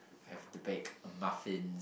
have to bake muffins